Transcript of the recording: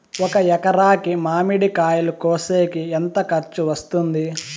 ఒక ఎకరాకి మామిడి కాయలు కోసేకి ఎంత ఖర్చు వస్తుంది?